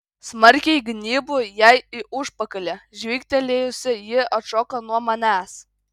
smarkiai gnybu jai į užpakalį žvygtelėjusi ji atšoka nuo manęs